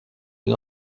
une